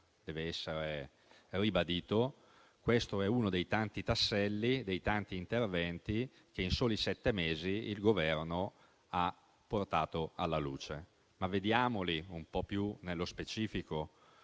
con chiarezza che questo è uno dei tanti tasselli e dei tanti interventi che in soli sette mesi il Governo ha portato alla luce. Vediamo quindi più nello specifico